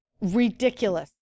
ridiculous